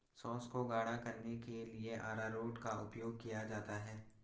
sauce को गाढ़ा करने के लिए अरारोट का उपयोग किया जाता है